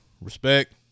respect